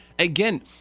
again